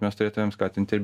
mes turėtumėm skatint ir